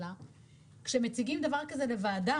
על מנת לפקח בשווקים כמו שצריך ולדאוג לבריאות הציבור.